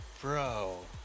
Bro